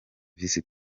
visi